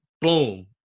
boom